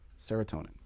serotonin